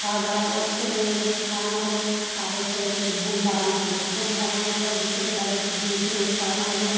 খাওয়া দাওয়ার পর ছেলেমেয়েদেরকে খাওয়ানো হল তারপর ছেলেদেরকে ঘুম পাড়ানো হল ঘুম পাড়ানোর পর বিকেলে তাদেরকে তাদেরকে ঘুম থেকে উঠানো হল